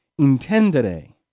intendere